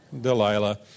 Delilah